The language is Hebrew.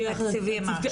תקציבים עכשיו.